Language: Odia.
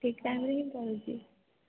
ଠିକ୍ ଟାଇମ୍ ରେ ହିଁ ଦେଉଛି